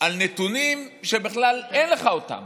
על נתונים שבכלל אין לך אותם